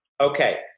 Okay